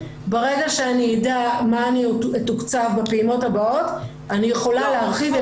ברגע שאני אדע מה אני אתוקצב בפעימות הבאות אני יכולה להרחיב,